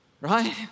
right